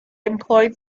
employed